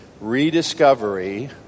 rediscovery